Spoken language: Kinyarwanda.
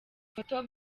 foto